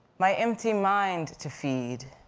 my empty mind to feed,